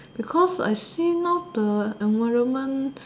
because I see now the environment